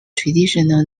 traditional